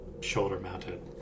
shoulder-mounted